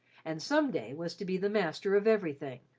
and some day was to be the master of everything.